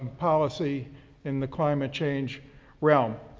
policy in the climate change realm.